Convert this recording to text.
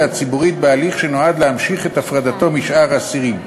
הציבורית בהליך שנועד להמשיך את הפרדתו משאר האסירים.